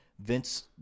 vince